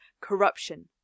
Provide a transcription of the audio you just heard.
corruption